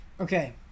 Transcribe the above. Okay